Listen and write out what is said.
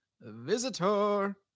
Visitor